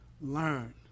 learn